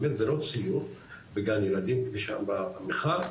באמת זה לא ציור בגן ילדים כפי שאמרה מיכל,